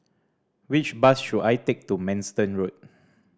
which bus should I take to Manston Road